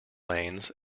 lanes